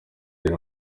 iyi